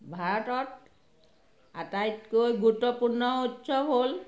ভাৰতত আটাইতকৈ গুৰুত্বপূৰ্ণ উৎসৱ হ'ল